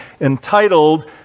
entitled